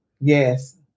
Yes